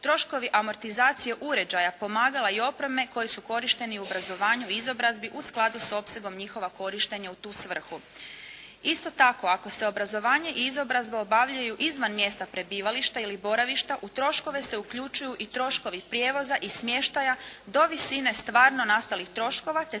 troškovi amortizacije uređaja, pomagala i opreme koji su korišteni u obrazovanju i izobrazbi u skladu s opsegom njihova korištenja u tu svrhu. Isto tako ako se obrazovanje i izobrazba obavljaju izvan mjesta prebivališta ili boravišta u troškove se uključuju i troškovi prijevoza i smještaja do visine stvarno nastalih troškova te